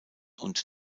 und